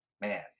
man